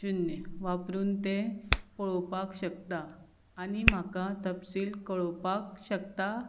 शुन्य वापरून तें पळोवपाक शकता आनी म्हाका तपशील कळोवपाक शकता